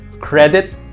credit